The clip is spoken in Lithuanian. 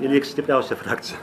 įvyks stipriausia frakcia